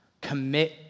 Commit